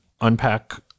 unpack